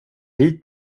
hit